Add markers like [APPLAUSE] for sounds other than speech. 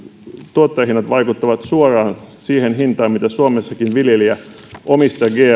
tuottajahinnat vaikuttavat suoraan siihen hintaan mitä suomessakin viljelijä omista gmo [UNINTELLIGIBLE]